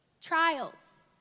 Trials